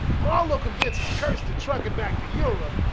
marlow convinces kurtz to truck it back to europe,